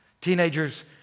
Teenagers